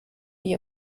die